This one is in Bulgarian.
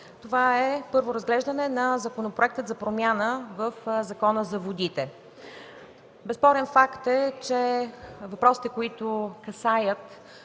Това е първо разглеждане на Законопроекта за промяна в Закона за водите. Безспорен факт е, че въпросите, които касаят